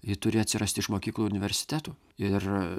ji turi atsirasti iš mokyklų ir universitetų ir